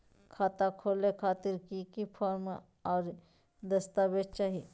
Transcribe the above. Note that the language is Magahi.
खाता खोले खातिर की की फॉर्म और दस्तावेज चाही?